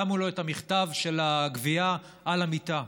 שמו לו את המכתב של הגבייה על המיטה.